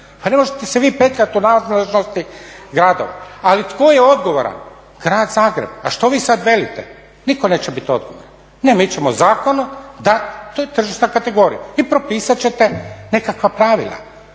Pa ne možete se vi petljati u nadležnosti gradova. Ali tko je odgovoran? Grad Zagreb. A što vi sad velite? Nitko neće biti odgovoran. Ne, mi ćemo zakonu dati, to je tržišna kategorija. I propisat ćete nekakva pravila.